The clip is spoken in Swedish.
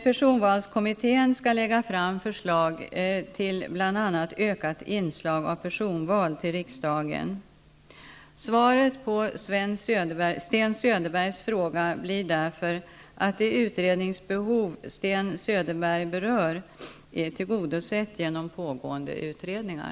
Personvalskommittén skall lägga fram förslag till bl.a. ökat inslag av personval till riksdagen. Svaret på Sten Söderbergs fråga blir därför att det utredningsbehov som han berör är tillgodosett genom pågående utredningar.